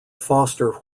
foster